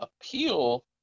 appeal